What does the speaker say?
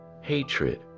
hatred